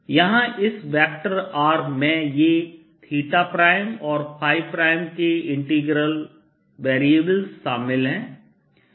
यहां इस vector R में ये और ɸ के इंटीग्रेशन वेरिएबल्सIntegration Variables शामिल हैं